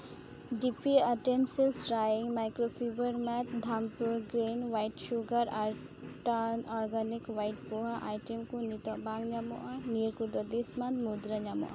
ᱰᱤ P utensils drying microfibre mat ᱰᱷᱟᱢᱯᱩᱨ green white sugar ᱟᱨ ᱴᱟᱨᱱ ᱚᱨᱜᱟᱱᱤᱠ ᱦᱳᱣᱟᱭᱤᱴ ᱯᱳᱦᱟ ᱟᱭᱴᱮᱢ ᱠᱚ ᱱᱤᱛᱚᱜ ᱵᱟᱝ ᱧᱟᱢᱚᱜᱼᱟ ᱱᱤᱭᱟᱹ ᱠᱚᱫᱚ ᱫᱤᱥ ᱢᱟᱱᱛᱷ ᱢᱩᱫᱨᱮ ᱧᱟᱢᱚᱜᱼᱟ